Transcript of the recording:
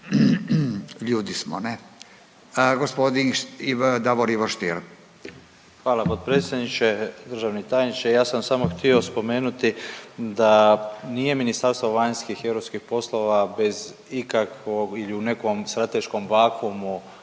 Davor Ivo Stier. **Stier, Davor Ivo (HDZ)** Hvala potpredsjedniče. Državni tajniče, ja sam samo htio spomenuti da nije Ministarstvo vanjskih i europskih poslova bez ikakvog ili u nekom strateškom vakuumu